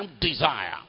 desire